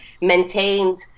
maintained